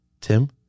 tim